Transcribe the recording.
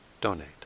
donate